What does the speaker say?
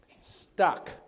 Stuck